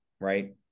right